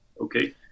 Okay